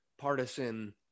Partisan